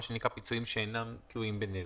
מה שנקרא פיצויים שאינם תלויים בנזק.